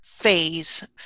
phase